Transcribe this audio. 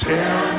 Tell